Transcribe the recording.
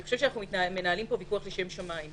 אני חושבת שאנחנו מנהלים פה ויכוח לשם שמיים,